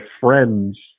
Friends